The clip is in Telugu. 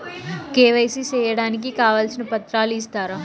కె.వై.సి సేయడానికి కావాల్సిన పత్రాలు ఇస్తారా?